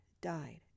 died